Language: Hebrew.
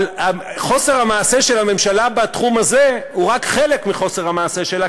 אבל חוסר המעשה של הממשלה בתחום הזה הוא רק חלק מחוסר המעשה שלה,